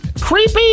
creepy